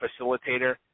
facilitator